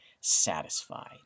satisfied